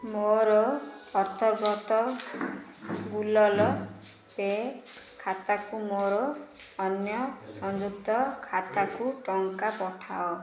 ମୋର ଅନ୍ତର୍ଗତ Google Pay ଖାତାରୁ ମୋର ଅନ୍ୟ ସଂଯୁକ୍ତ ଖାତାକୁ ଟଙ୍କା ପଠାଅ